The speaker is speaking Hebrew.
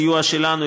בסיוע שלנו,